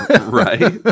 Right